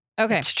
Okay